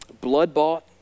blood-bought